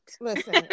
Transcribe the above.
Listen